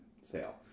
sale